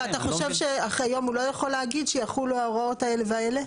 אתה חושב שאחרי יום הוא לא יכול להגיד שיחולו ההוראות האלה והאלה?